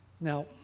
Now